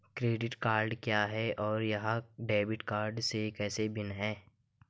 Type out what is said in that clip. Credit card क्या है और यह डेबिट कार्ड से कैसे भिन्न है?